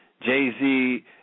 Jay-Z